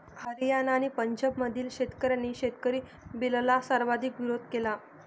हरियाणा आणि पंजाबमधील शेतकऱ्यांनी शेतकरी बिलला सर्वाधिक विरोध केला